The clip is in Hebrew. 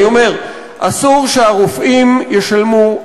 אני אומר: אסור שהרופאים ישלמו,